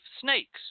snakes